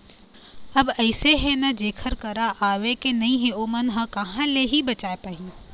अब अइसे हे ना जेखर करा आवके नइ हे ओमन ह कहाँ ले ही बचाय पाही